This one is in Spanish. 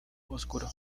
oscuro